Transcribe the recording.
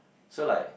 so like